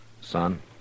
son